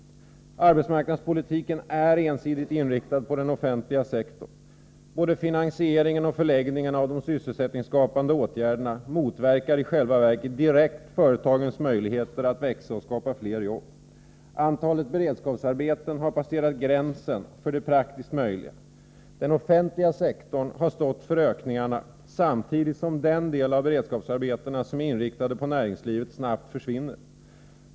Arbetsmarknadspolitiken är ensidigt inriktad på den offentliga sektorn. Både finansieringen och förläggningen av de sysselsättningsskapande åtgärderna motverkar i själva verket direkt företagens möjligheter att växa och skapa fler jobb. Antalet beredskapsarbeten har passerat gränsen för det praktiskt möjliga. Den offentliga sektorn har stått för ökningarna samtidigt som den del av beredskapsarbetena som är inriktad på näringslivet snabbt försvinner.